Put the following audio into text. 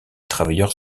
travailleurs